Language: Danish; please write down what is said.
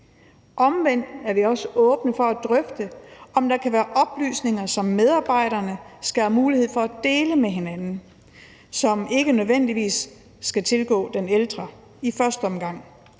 Omvendt er vi også åbne for at drøfte, om der kan være oplysninger, som medarbejderne skal have mulighed for at dele med hinanden, som ikke nødvendigvis skal tilgå den ældre i første omgang.